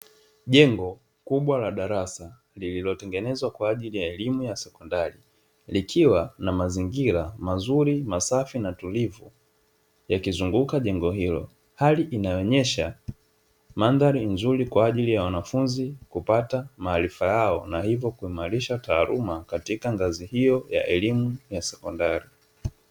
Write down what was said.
Nyengo kubwa la darafu lililotengenezwa kwa ajili ya elimu ya sekondari, likiwa na mazingira mazuri masafi na tulivu yakizunguka jengo hilo. Hali inayoonyesha mandhari nzuri kwa ajili ya wanafunzi kupata maarifa yao na hivyo kuimarisha taaluma katika ngazi hiyo ya elimu ya sekondari.